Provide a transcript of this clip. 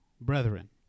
brethren